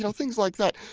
things like that.